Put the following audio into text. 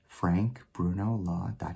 frankbrunolaw.com